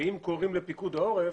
אם קוראים לפיקוד העורף,